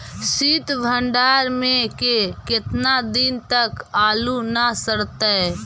सित भंडार में के केतना दिन तक आलू न सड़तै?